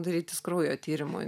darytis kraujo tyrimo